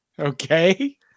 Okay